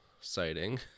sighting